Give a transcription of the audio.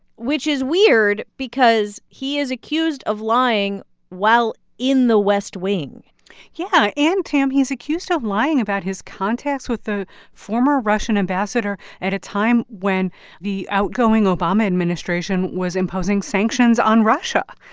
which is weird because he is accused of lying while in the west wing yeah. and tam, he's accused of lying about his contacts with the former russian ambassador at a time when the outgoing obama administration was imposing sanctions on russia.